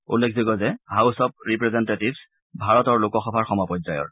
উল্লেখযোগ্য যে হাউছ অব ৰিপ্ৰেজেন্টেটিভছ ভাৰতৰ লোকসভাৰ সমপৰ্যায়ৰ